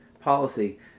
policy